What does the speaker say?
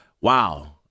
wow